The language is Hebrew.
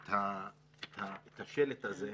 את השלט הזה,